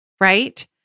right